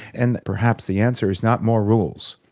and perhaps the answer is not more rules.